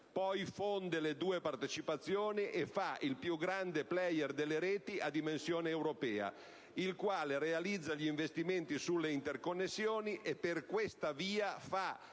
poi fonde le due partecipazioni creando il più grande *player* delle reti a dimensione europea, il quale realizza gli investimenti sulle interconnessioni e, per questa via, fa